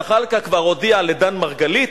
זחאלקה כבר הודיע לדן מרגלית,